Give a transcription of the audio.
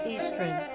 Eastern